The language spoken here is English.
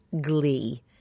glee